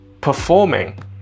performing